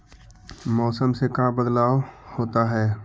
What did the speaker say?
मौसम से का बदलाव होता है?